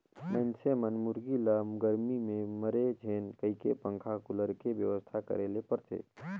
मइनसे मन मुरगी ल गरमी में मरे झेन कहिके पंखा, कुलर के बेवस्था करे ले परथे